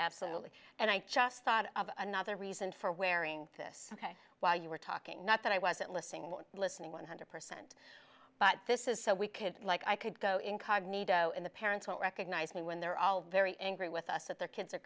absolutely and i just thought of another reason for wearing this ok while you were talking not that i wasn't listening or listening one hundred percent but this is so we could like i could go incognito in the parents won't recognize me when they're all very angry with us that their kids are